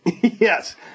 Yes